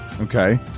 okay